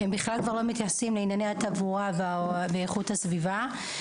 הם בכלל כבר לא מתייחסים לענייני התברואה ואיכות הסביבה,